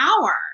hour